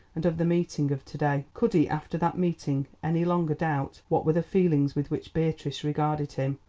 and of the meeting of to-day. could he, after that meeting, any longer doubt what were the feelings with which beatrice regarded him?